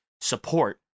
support